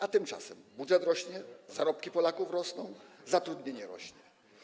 A tymczasem budżet rośnie, zarobki Polaków rosną, zatrudnienie rośnie.